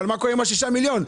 אבל מה קורה עם השישה מיליון?